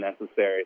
necessary